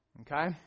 okay